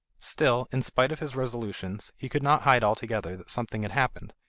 still, in spite of his resolutions, he could not hide altogether that something had happened,